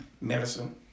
Medicine